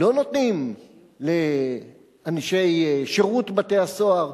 לא נותנים לאנשי שירות בתי-הסוהר,